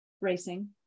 racing